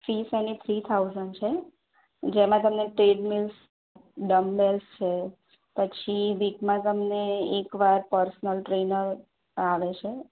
fees એની three thousand છે જેમાં તમને ટ્રેડ મિલ્સ ડંબલ્સ છે પછી વિકમાં તમને એકવાર પર્સનલ ટ્રેનર આવે છે